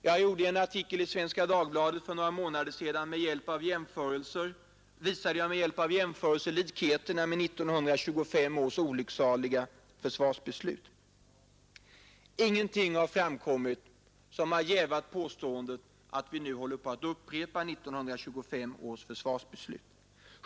Jag har i en artikel i Svenska Dagbladet för några månader sedan med hjälp av jämförelser visat likheterna med 1925 års olycksaliga försvarsbeslut. Ingenting har framkommit som har jävat påståendet att vi nu håller på att upprepa samma misstag.